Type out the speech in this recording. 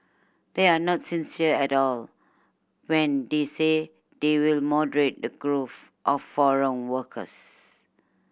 they are not sincere at all when they say they will moderate the growth of foreign workers